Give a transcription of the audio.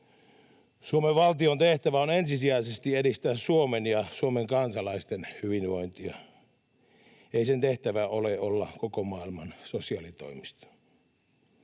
Suomen valtion tehtävä on ensisijaisesti edistää Suomen ja Suomen kansalaisten hyvinvointia. Ei sen tehtävä ole olla koko maailman sosiaalitoimisto.